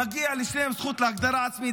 מגיעה לשניהם זכות להגדרה עצמית.